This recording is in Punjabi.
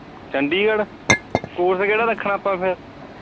ਚੰਡੀਗੜ੍ਹ ਕੋਰਸ ਕਿਹੜਾ ਰੱਖਣਾ ਆਪਾਂ ਫਿਰ